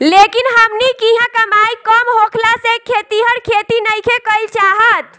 लेकिन हमनी किहाँ कमाई कम होखला से खेतिहर खेती नइखे कईल चाहत